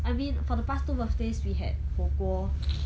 I mean for the past two birthdays we had 火锅